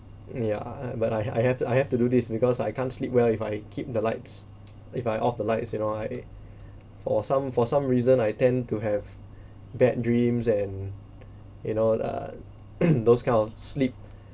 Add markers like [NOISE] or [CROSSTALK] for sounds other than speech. ya but I I have I have to do this because I can't sleep well if I keep the lights if I off the lights you know I for some for some reason I tend to have bad dreams and you know uh [COUGHS] those kind of sleep